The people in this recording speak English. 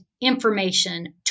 information